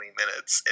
minutes